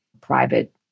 private